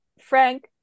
Frank